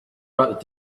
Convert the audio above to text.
about